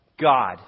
God